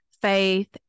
faith